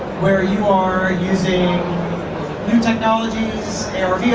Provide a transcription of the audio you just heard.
where you are using new technologies,